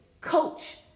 coach